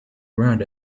around